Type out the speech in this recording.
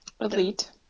Elite